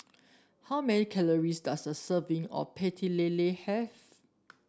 how many calories does a serving of lele have